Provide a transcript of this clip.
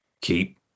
keep